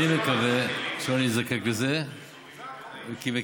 אני מקווה שלא נזדקק לזה, זה הכול.